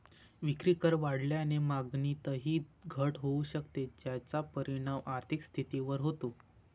विक्रीकर वाढल्याने मागणीतही घट होऊ शकते, ज्याचा परिणाम आर्थिक स्थितीवर होतो